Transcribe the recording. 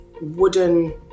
wooden